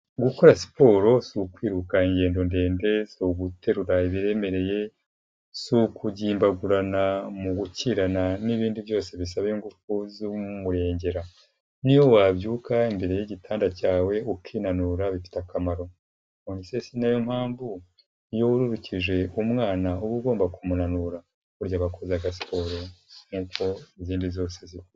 Gukora siporo si ukwirunka ingendo ndende, si uguterura ibiremereye, si ukugimbagurana mu gukirana n'ibindi byose bisaba ingufu z'umurengera. Niyo wabyuka imbere y'igitanda cyawe ukinanura bifite akamaro. Nonese si nayo mpamvu, iyo wururukije umwana uba ugomba kumunura? Burya aba akoze agasiporo nk'uko izindi zose zikorwa.